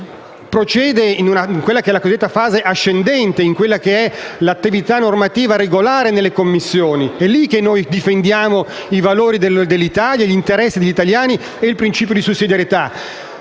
e si procede, nella cosiddetta fase ascendente, all'attività normativa regolare nelle Commissioni. È lì che noi difendiamo i valori dell'Italia, gli interessi degli italiani e il principio di sussidiarietà.